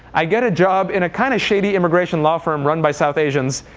i get a job in a kind of shady immigration law firm run by south asians.